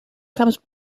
comes